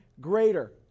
greater